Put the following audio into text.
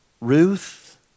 Ruth